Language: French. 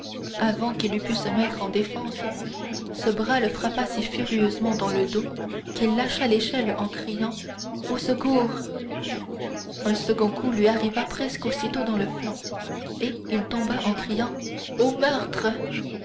avant qu'il eût pu se mettre en défense ce bras le frappa si furieusement dans le dos qu'il lâcha l'échelle en criant au secours un second coup lui arriva presque aussitôt dans le flanc et il tomba en criant au meurtre